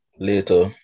Later